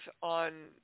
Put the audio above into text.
on